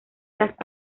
las